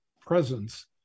presence